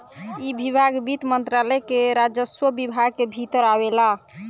इ विभाग वित्त मंत्रालय के राजस्व विभाग के भीतर आवेला